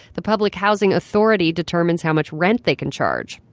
the public housing authority determines how much rent they can charge.